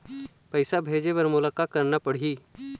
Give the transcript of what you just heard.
पैसा भेजे बर मोला का करना पड़ही?